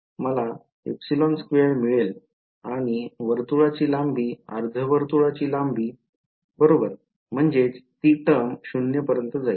मला ε2 मिळेल आणि वर्तुळाची लांबी अर्धवर्तुळाची लांबी बरोबर म्हणजेच ती टर्म 0 पर्यंत जाईल